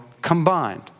combined